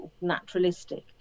naturalistic